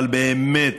אבל באמת,